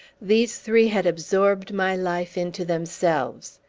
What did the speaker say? these three had absorbed my life into themselves.